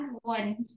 one